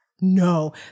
No